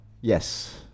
yes